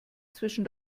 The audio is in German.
zwischen